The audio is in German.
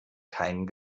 keinen